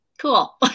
cool